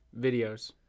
Videos